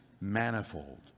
manifold